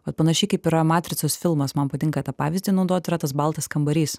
vat panašiai kaip yra matricos filmas man patinka tą pavyzdį naudot yra tas baltas kambarys